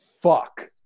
fuck